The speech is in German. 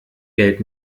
geld